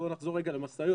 בואו נחזור רגע למשאיות,